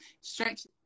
stretch